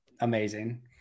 Amazing